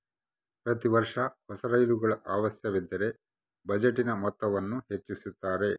ಪ್ರತಿ ವರ್ಷ ಹೊಸ ರೈಲುಗಳ ಅವಶ್ಯವಿದ್ದರ ಬಜೆಟಿನ ಮೊತ್ತವನ್ನು ಹೆಚ್ಚಿಸುತ್ತಾರೆ